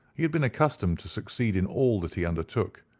he had been accustomed to succeed in all that he undertook.